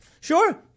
Sure